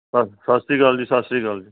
ਸਾ ਸਤਿ ਸ਼੍ਰੀ ਅਕਾਲ ਜੀ ਸਤਿ ਸ਼੍ਰੀ ਅਕਾਲ ਜੀ